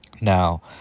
Now